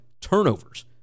turnovers